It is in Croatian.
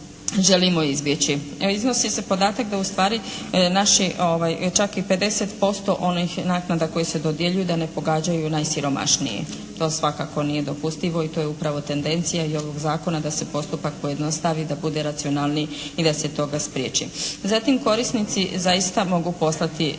želimo izbjeći. Evo, iznosi se podatak da ustvari naši, čak i 50% onih naknada koje se dodjeljuju da ne pogađaju najsiromašnije. To svakako nije dopustivo i to je upravo tendencija i ovog zakona da se postupak pojednostavi i da bude racionalniji i da se toga spriječi. Zatim, korisnici zaista mogu postati ovisni